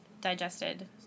digested